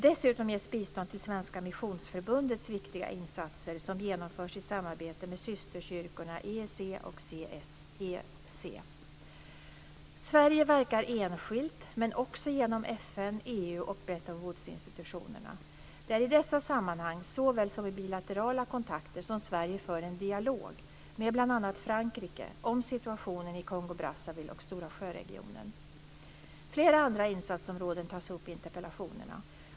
Dessutom ges bistånd till Svenska Missionsförbundets viktiga insatser, som genomförs i samarbete med systerkyrkorna EEC och CEC. Sverige verkar enskilt, men också genom FN, EU och Bretton Woods-institutionerna. Det är i dessa sammanhang, såväl som i bilaterala kontakter, som Sverige för en dialog med bl.a. Frankrike om situationen i Kongo-Brazzaville och Stora sjö-regionen. Flera andra insatsområden tas upp i interpellationerna.